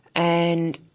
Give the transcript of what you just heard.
and